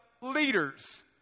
leaders